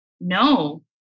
No